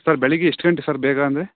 sir ಬೆಳಿಗ್ಗೆ ಎಷ್ಟು ಗಂಟೆ ಸರ್ ಬೇಗ ಅಂದರೆ